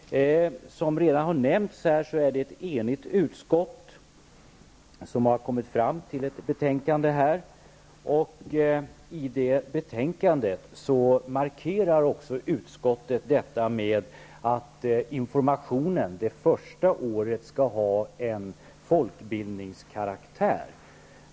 Som redan nämnts här är det ett enigt utskott som står bakom betänkandet. I detta markerar utskottet det med att framhålla att informationen det första året skall ha en folkbildningskaraktär.